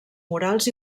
morals